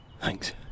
Thanks